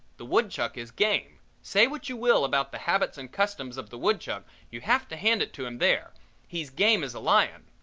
the woodchuck is game say what you will about the habits and customs of the woodchuck you have to hand it to him there he's game as a lion.